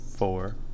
Four